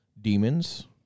demons